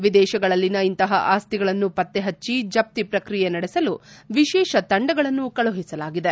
ವಿದೇಶಗಳಲ್ಲಿನ ಇಂತಹ ಆಸ್ತಿಗಳನ್ನು ಪತ್ತೆ ಹಚ್ಚ ಜಪ್ತಿ ಪ್ರಕ್ರಿಯೆ ನಡೆಸಲು ವಿಶೇಷ ತಂಡಗಳನ್ನು ಕಳುಹಿಸಲಾಗಿದೆ